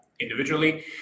individually